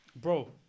bro